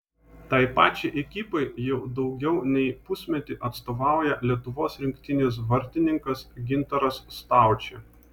tai pačiai ekipai jau daugiau nei pusmetį atstovauja lietuvos rinktinės vartininkas gintaras staučė